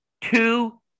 two